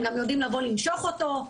הם גם יודעים לבוא למשוך אותו.